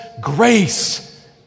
grace